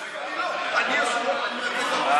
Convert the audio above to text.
היושבת-ראש,